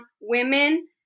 women